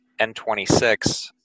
N26